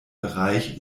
bereich